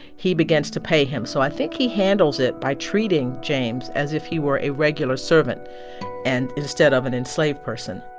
he begins to pay him. so i think he handles it by treating james as if he were a regular servant and instead of an enslaved person